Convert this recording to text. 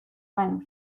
menos